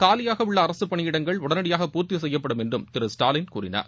காலியாக உள்ள அரசுப் பனியிடங்கள் உடனடியாக பூர்த்தி செய்யப்படும் என்றும் திரு ஸ்டாலின் கூறினார்